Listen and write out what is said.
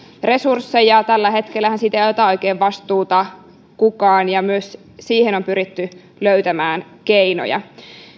resursseja tällä hetkellähän siitä ei ota oikein kukaan vastuuta ja myös siihen on pyritty löytämään keinoja